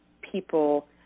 people